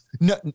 No